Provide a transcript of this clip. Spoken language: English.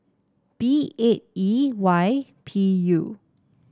B eight E Y P U